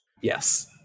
Yes